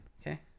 Okay